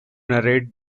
narrate